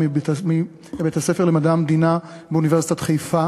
גאנם מבית-הספר למדעי המדינה באוניברסיטת חיפה,